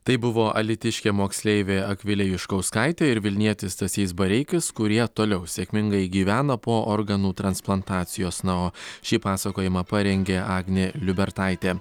tai buvo alytiškė moksleivė akvilė juškauskaitė ir vilnietis stasys bareikis kurie toliau sėkmingai gyvena po organų transplantacijos na o šį pasakojimą parengė agnė liubertaitė